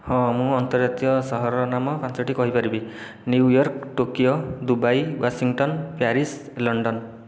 ହଁ ମୁଁ ଅନ୍ତର୍ଜାତୀୟ ସହରର ନାମ ପାଞ୍ଚୋଟି କହିପାରିବି New York Tokyo Dubai Washington Paris London